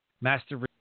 master